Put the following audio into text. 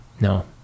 No